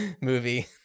movie